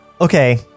Okay